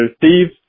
thieves